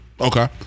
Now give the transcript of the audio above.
Okay